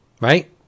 Right